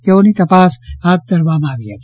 તેઓની તપાસ હાથ ધરવામાં આવી હતી